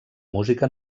música